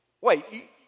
wait